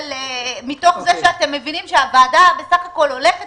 מתוך זה שאתם מבינים שהוועדה בסך הכול הולכת